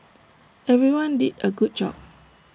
everyone did A good job